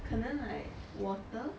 可能 like water